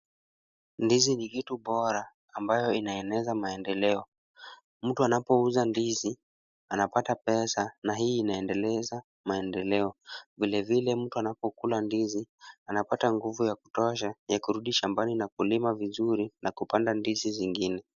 Ndizi ni kitu bora ambayo inaendeleza maendeleo. Mtu anapouza ndizi, anapata pesa na hii inaendeleza maendeleo. Vile vile mtu anapokula ndizi anapata nguvu ya kutosha ya kurudi shambani na kulima vizuri na kupanda ndizi zingine.